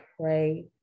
pray